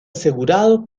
asegurado